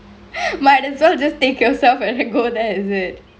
might as well just take yourself and go there is it